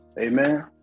Amen